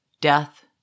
death